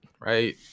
right